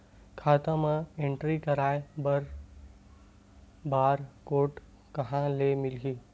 खाता म एंट्री कराय बर बार कोड कहां ले मिलही?